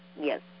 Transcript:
Yes